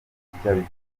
cyabitangaje